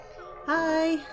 Hi